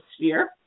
sphere